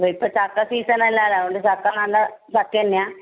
അതെ ഇപ്പോൾ ചക്ക സീസൺ അല്ലല്ലോ അതുകൊണ്ട് ചക്ക നല്ല ചക്ക തന്നെയാണോ